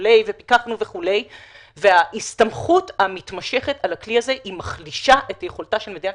אבל ההסתמכות המתמשכת על הכלי הזה היא מחלישה את יכולתה של מדינת